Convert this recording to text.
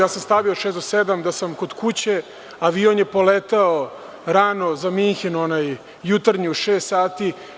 Ja sam stavio od šest do sedam da sam kod kuće, a avion je poleteo rano za Minhen, onaj jutarnji u šest sati.